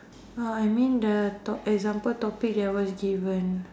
uh I mean the top~ example topic that was given